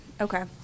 Okay